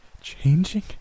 Changing